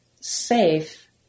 safe